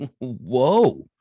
whoa